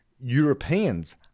Europeans